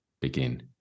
begin